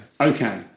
Okay